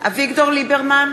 אביגדור ליברמן,